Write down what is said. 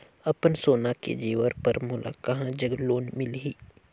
अपन सोना के जेवर पर मोला कहां जग लोन मिलही?